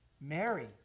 Mary